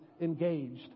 engaged